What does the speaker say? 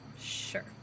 Sure